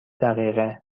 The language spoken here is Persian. دقیقه